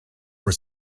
were